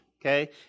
okay